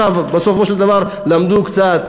בסופו של דבר למדו קצת,